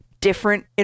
different